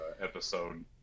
episode